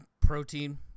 protein